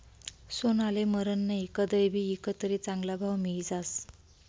सोनाले मरन नही, कदय भी ईकं तरी चांगला भाव मियी जास